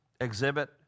exhibit